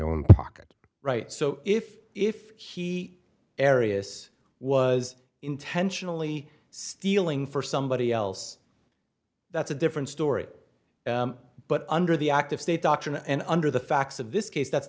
own pocket right so if if he arius was intentionally stealing for somebody else that's a different story but under the act of state doctrine and under the facts of this case that's